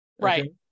right